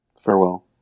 Farewell